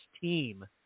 team